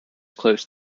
close